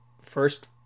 first